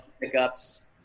pickups